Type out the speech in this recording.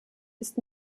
ist